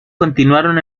continuaron